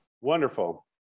Wonderful